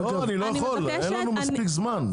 אין לנו מספיק זמן.